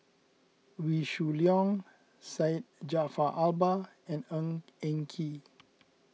Wee Shoo Leong Syed Jaafar Albar and Ng Eng Kee